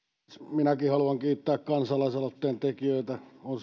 minäkin haluan kiittää kansalaisaloitteen tekijöitä on